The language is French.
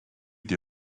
des